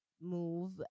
move